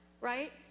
right